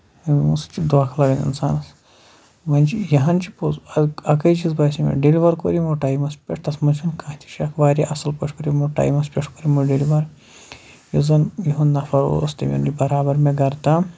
یِمو سۭتۍ چھُ دۄنکھہٕ لگان اِنسانَس وۄنۍ چھُ یہِ ہن چھُ پوٚز اَکٕے چیٖز باسیٚو مےٚ ڈیلِور کوٚر یِمو ٹایمَس پٮ۪ٹھ تَتھ منٛز چھُنہٕ کانہہ تہِ شَکھ واریاہ اَصٕل پٲٹھۍ کوٚر یِمو ٹایمَس پٮ۪ٹھ کوٚر یِمو ڈیلِور یُس زَن یِہُند یہِ نَفر اوس تٔمۍ اوٚن مےٚ یہِ برابر گرٕ تام